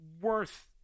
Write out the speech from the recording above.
worth